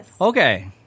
Okay